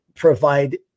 provide